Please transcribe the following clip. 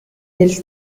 del